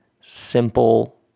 simple